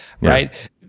right